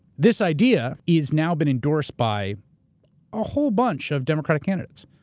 this idea is now been endorsed by a whole bunch of democratic candidates.